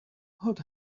hot